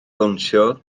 bownsio